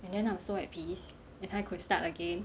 and then I'm so at peace then I could start again